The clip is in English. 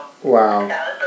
Wow